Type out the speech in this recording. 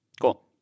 Cool